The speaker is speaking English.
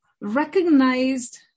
recognized